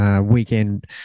Weekend